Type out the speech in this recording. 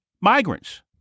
migrants